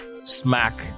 smack